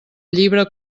llibre